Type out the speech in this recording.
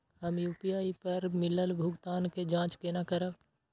हम यू.पी.आई पर मिलल भुगतान के जाँच केना करब?